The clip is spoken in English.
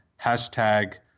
hashtag